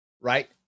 right